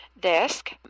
desk